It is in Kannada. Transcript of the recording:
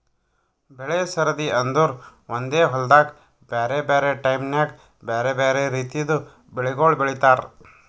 ಬೆಳೆ ಸರದಿ ಅಂದುರ್ ಒಂದೆ ಹೊಲ್ದಾಗ್ ಬ್ಯಾರೆ ಬ್ಯಾರೆ ಟೈಮ್ ನ್ಯಾಗ್ ಬ್ಯಾರೆ ಬ್ಯಾರೆ ರಿತಿದು ಬೆಳಿಗೊಳ್ ಬೆಳೀತಾರ್